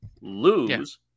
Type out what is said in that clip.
lose